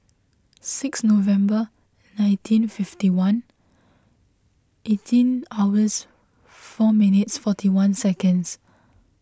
six November nineteen fifty one eighteen hours four minutes forty one seconds